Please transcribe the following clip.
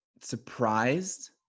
surprised